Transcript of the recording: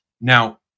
now